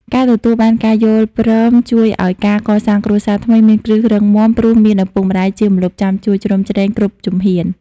ការទទួលបានការយល់ព្រមជួយឱ្យការកសាងគ្រួសារថ្មីមានគ្រឹះរឹងមាំ ព្រោះមានឪពុកម្ដាយជាម្លប់ចាំជួយជ្រោមជ្រែងគ្រប់ជំហាន។